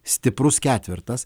stiprus ketvertas